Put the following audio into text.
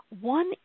One